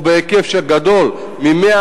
מאיזה